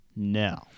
No